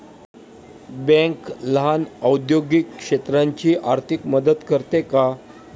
Bank लहान औद्योगिक क्षेत्राची आर्थिक मदत करते का?